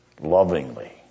lovingly